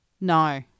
no